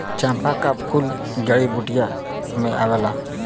चंपा क फूल जड़ी बूटी में आवला